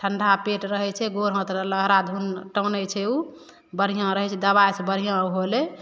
ठंडा पेट रहै छै गोर हाथ लहरा धुन टानै छै ऊ बढ़ियाँ रहै छै दवाइ सँ बढ़ियाँ ऊ होलै